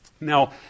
Now